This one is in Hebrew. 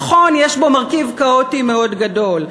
נכון, יש פה מרכיב כאוטי מאוד גדול.